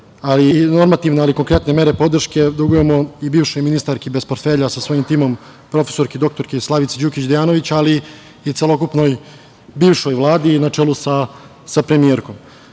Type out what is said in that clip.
ove normativne, ali i konkretne mere podrške dugujemo i bivšoj ministarki bez portfelja sa svojim timom, prof. dr Slavici Đukić Dejanović, ali i celokupnoj bivšoj Vladi na čelu sa premijerkom. Ono